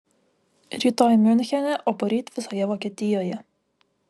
rytoj miunchene o poryt visoje vokietijoje